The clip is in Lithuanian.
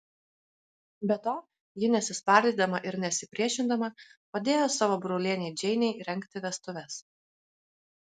be to ji nesispardydama ir nesipriešindama padėjo savo brolienei džeinei rengti vestuves